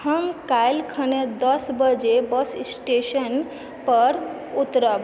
हम काल्हि खना दस बजे बस स्टेशन पर उतरब